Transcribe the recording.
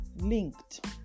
linked